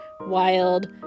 wild